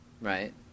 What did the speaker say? Right